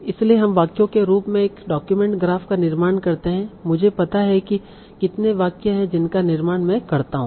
इसलिए हम वाक्यों के रूप में एक डॉक्यूमेंट ग्राफ का निर्माण करते हैं मुझे पता है कि कितने वाक्य हैं जिनका निर्माण मैं करता हूँ